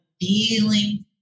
feeling